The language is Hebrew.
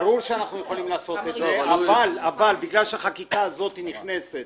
ברור שאנחנו יכולים לעשות את זה אבל בגלל שהחקיקה הזאת נכנסת